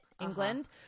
England